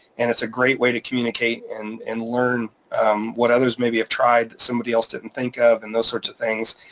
and it's a great way to communicate and and learn what others maybe have tried that somebody else didn't think of, and those sorts of things.